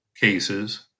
cases